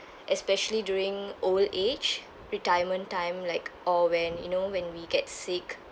especially during old age retirement time like or when you know when we get sick